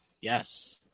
Yes